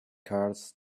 cards